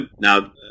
now